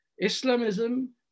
Islamism